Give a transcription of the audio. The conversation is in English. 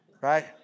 Right